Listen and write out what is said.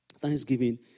Thanksgiving